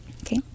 Okay